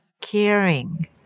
caring